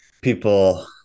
people